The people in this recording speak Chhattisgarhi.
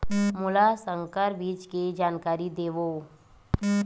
मोला संकर बीज के जानकारी देवो?